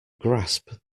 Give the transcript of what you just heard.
grasp